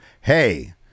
hey